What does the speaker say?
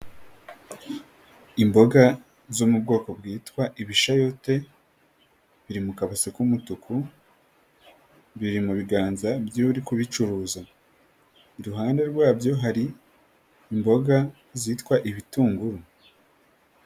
Imboga zo mu bwoko bwitwa ibishayote, biri mu kabase k'umutuku, biri mu biganza by'uri kubicuruza, iruhande rwabyo hari imboga zitwa ibitunguru.